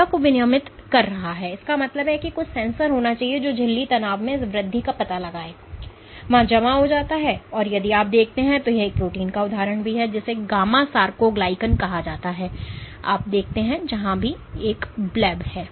स्व को क्या विनियमित कर रहा है इसका मतलब है कुछ सेंसर होना चाहिए जो झिल्ली तनाव में इस वृद्धि का पता लगाता है और वहां जमा होता है और यदि आप देखते हैं कि यह एक प्रोटीन का एक उदाहरण है जिसे गामा सरकोग्लाइकन कहा जाता है जो आप देखते हैं कि जहां भी एक ब्लब् है